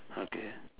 okay